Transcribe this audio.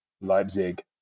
Leipzig